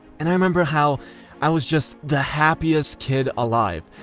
and i remember how i was just the happiest kid alive.